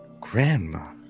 grandma